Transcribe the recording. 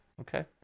Okay